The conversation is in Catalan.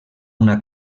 una